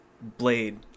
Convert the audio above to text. blade